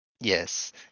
Yes